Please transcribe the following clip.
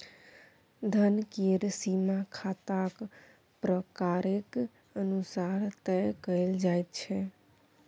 धन केर सीमा खाताक प्रकारेक अनुसार तय कएल जाइत छै